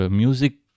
music